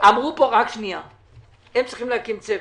הם צריכים להקים צוות.